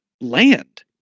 land